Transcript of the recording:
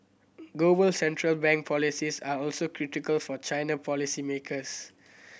global central bank policies are also critical for China policy makers